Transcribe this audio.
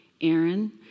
Aaron